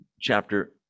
chapter